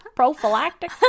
Prophylactic